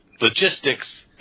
logistics